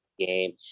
game